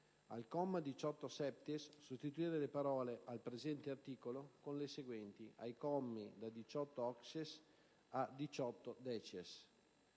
al comma 18-*septies*, sostituire le parole: «al presente articolo» con le seguenti: «ai commi da 18-*octies* a 18-*decies*»;